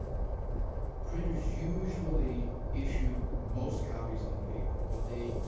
printers usually issued most copies on paper but they